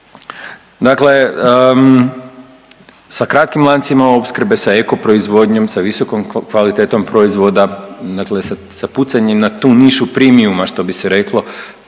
Dakle sa kratkim lancima opskrbe, sa eko proizvodnjom, sa visokom kvalitetom proizvoda, dakle sa, sa pucanjem na tu nišu primijuma što bi se reklo,